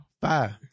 Five